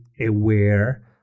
aware